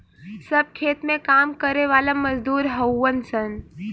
सब खेत में काम करे वाला मजदूर हउवन सन